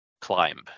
climb